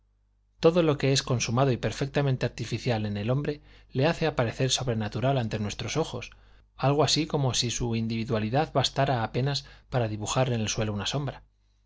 todo lo que es consumado y perfectamente artificial en el hombre le hace aparecer sobrenatural ante nuestros ojos algo así como si su individualidad bastara apenas para dibujar en el suelo una sombra